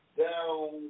down